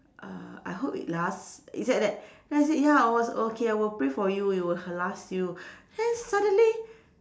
uh I hope it last he said that then I say ya I was okay I will pray for you you will h~ last you then suddenly